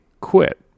quit